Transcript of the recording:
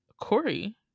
Corey